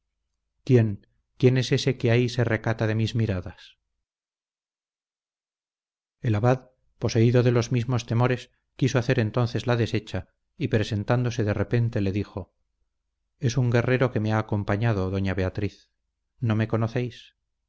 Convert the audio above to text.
quién quién es ese que así se recata de mis miradas el abad poseído de los mismo temores quiso hacer entonces la deshecha y presentándose de repente le dijo es un guerrero que me ha acompañado doña beatriz no me conocéis